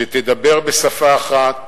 שתדבר בשפה אחת,